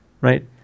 right